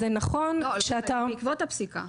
לא, זה בעקבות הפסיקה.